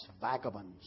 vagabonds